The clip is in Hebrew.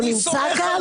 הוא נמצא כאן?